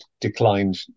declined